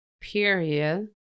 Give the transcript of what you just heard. period